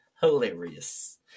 hilarious